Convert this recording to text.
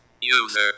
User